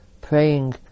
praying